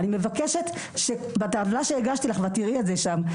אני מבקשת שבטבלה שהגשתי לך, ואת תראי את זה שם.